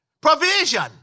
provision